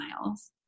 miles